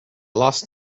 lost